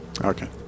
Okay